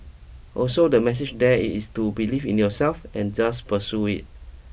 also the message there is to believe in yourself and just pursue it